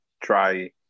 Try